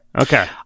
Okay